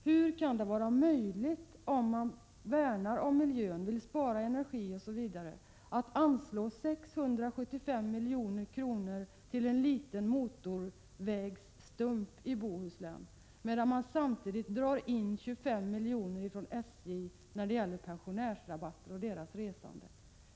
Hur kan det vara möjligt — om man vill värna om miljön, vill spara energi osv. — att anslå 675 milj.kr. till en liten motorvägsstump i Bohuslän, medan man samtidigt drar in 25 milj.kr. från SJ när det gäller rabatter för pensionärernas resande?